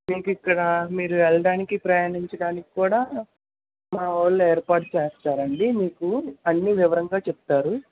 మీకిక్కడ మీరు వెళ్ళడానికి ప్రయాణించడానికి కూడా మా వాళ్ళు ఏర్పాటు చేస్తారండి మీకు అన్ని వివరంగా చెప్తారు